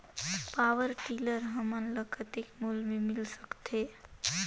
Power tiller हमन ल कतेक मूल्य मे मिल सकथे?